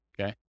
okay